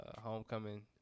Homecoming